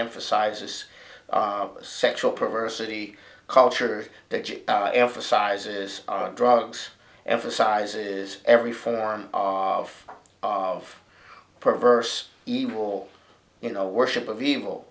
emphasizes sexual perversity culture that emphasizes our drugs emphasizes every form of of perverse evil you know worship of evil